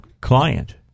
client